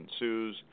ensues